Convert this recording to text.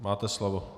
Máte slovo.